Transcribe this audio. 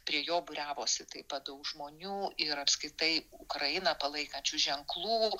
prie jo būriavosi taip pat daug žmonių ir apskritai ukrainą palaikančių ženklų